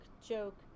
joke